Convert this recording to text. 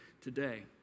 today